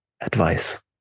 advice